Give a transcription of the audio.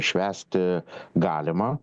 švęsti galima